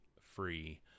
free